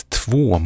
två